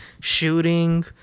shooting